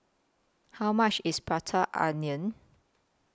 How much IS Prata Onion